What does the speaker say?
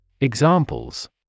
Examples